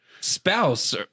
spouse